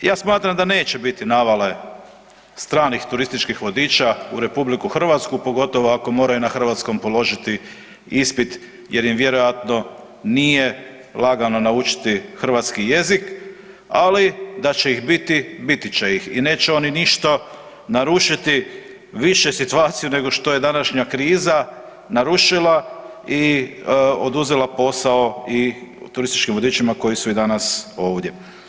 Ja smatram da neće biti navale stranih turističkih vodiča u Republiku Hrvatsku, pogotovo ako moraju na Hrvatskom položiti ispit, jer im vjerojatno nije lagano naučiti Hrvatski jezik, ali da će ih biti, biti će ih i neće oni ništa narušiti više situaciju nego što je današnja kriza narušila i oduzela posao i turističkim vodičima koji su i danas ovdje.